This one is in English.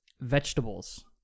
vegetables